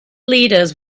leaders